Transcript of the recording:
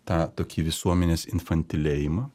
tą tokį visuomenės infantilėjimą